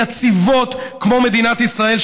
יציבות כמו מדינת ישראל,